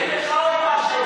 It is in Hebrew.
אני אגיד לך עוד משהו.